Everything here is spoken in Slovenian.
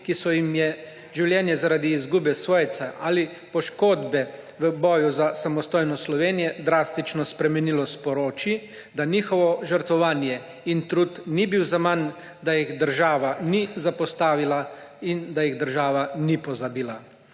ki se jim je življenje zaradi izgube svojcev ali poškodbe v boju za samostojnost Slovenije drastično spremenilo, sporoči, da njihovo žrtvovanje in trud nista bila zaman, da jih država ni zapostavila in da jih država ni pozabila.